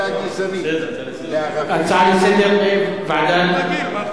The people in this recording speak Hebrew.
זו הצעה גזענית לערבים.